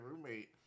roommate